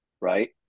right